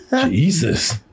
Jesus